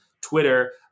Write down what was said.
Twitter